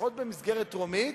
לפחות במסגרת טרומית,